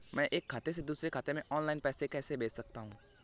मैं एक खाते से दूसरे खाते में ऑनलाइन पैसे कैसे भेज सकता हूँ?